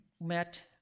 met